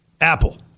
Apple